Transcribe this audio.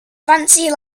fancy